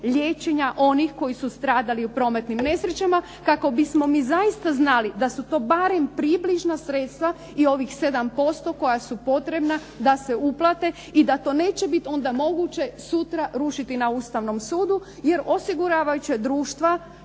liječenja onih koji su stradali u tim prometnim nesrećama kako bismo mi zaista znali kako su to barem približna sredstva i ovih 7% koja se uplate i da to neće biti onda moguće sutra rušiti na Ustavnom sudu, jer osiguravajuća društva,